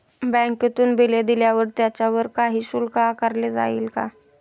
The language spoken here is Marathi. बँकेतून बिले दिल्यावर त्याच्यावर काही शुल्क आकारले जाईल का?